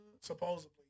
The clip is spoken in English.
Supposedly